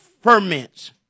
ferments